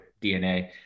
DNA